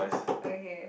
okay